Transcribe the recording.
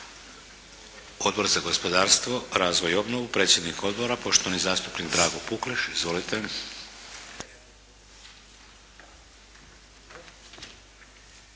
Odbor za gospodarstvo, razvoj i obnovu, predsjednik odbora poštovani zastupnik Drago Pukleš. Izvolite.